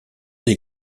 des